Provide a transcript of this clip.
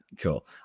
Cool